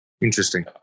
Interesting